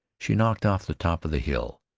she knocked off the top of the hill,